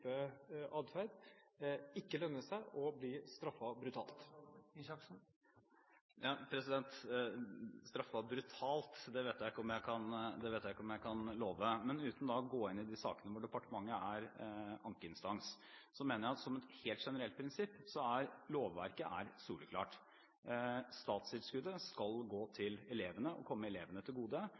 det vet jeg ikke om jeg kan love. Men uten å gå inn i de sakene hvor departementet er ankeinstans, mener jeg, som et helt generelt prinsipp, at lovverket er soleklart. Statstilskuddet skal gå til elevene og komme elevene til gode.